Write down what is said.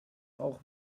auch